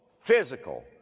physical